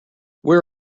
where